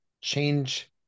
change